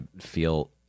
feel